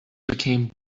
became